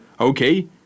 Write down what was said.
Okay